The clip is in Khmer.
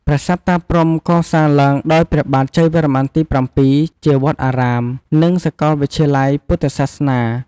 ប្រាសាទតាព្រហ្ម កសាងឡើងដោយព្រះបាទជ័យវរ្ម័នទី ៧ ជាវត្តអារាម និងសកលវិទ្យាល័យពុទ្ធសាសនា។